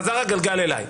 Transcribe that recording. חזר הגלגל אלי.